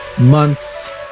months